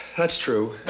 that's true.